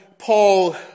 Paul